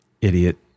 idiot